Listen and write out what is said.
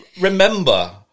remember